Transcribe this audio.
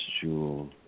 jewel